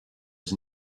was